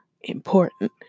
important